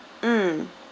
mm